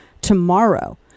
tomorrow